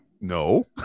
No